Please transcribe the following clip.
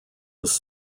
was